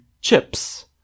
chips